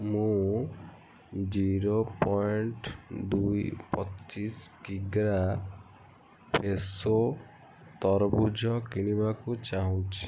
ମୁଁ zero point ଦୁଇ ପଚିଶ କିଗ୍ରା ଫ୍ରେଶୋ ତରଭୁଜ କିଣିବାକୁ ଚାହୁଁଛି